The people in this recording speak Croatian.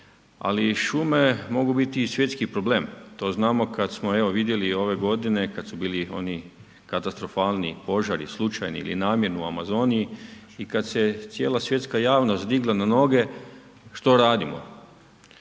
ali šume mogu biti i svjetski problem, to znamo kad smo evo vidjeli ove godine, kad su bili oni katastrofalni požari slučajni ili namjerni u Amazoni i kad se cijela svjetska javnost digla na noge što radimo.